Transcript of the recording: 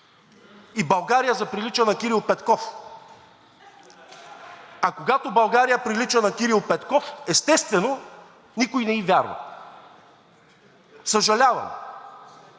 и България заприлича на Кирил Петков. А когато България прилича на Кирил Петков, естествено, никой не ѝ вярва. Съжалявам.